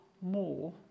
more